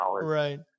Right